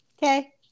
Okay